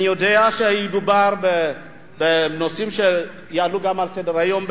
אני יודע שידובר בנושאים שיעלו גם על סדר-היום,